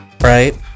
right